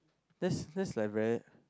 that's that's like where